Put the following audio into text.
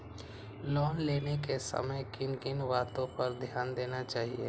Loan लेने के समय किन किन वातो पर ध्यान देना चाहिए?